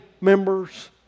members